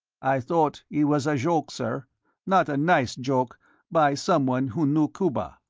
i thought it was a joke, sir not a nice joke by someone who knew cuba.